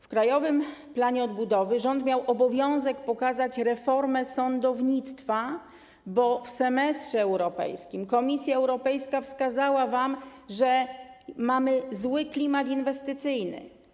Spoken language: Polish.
W Krajowym Planie Odbudowy rząd miał obowiązek pokazać reformę sądownictwa, bo w semestrze europejskim Komisja Europejska wskazała wam, że mamy zły klimat inwestycyjny.